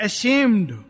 Ashamed